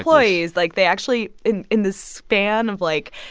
employees. like, they actually in in the span of, like,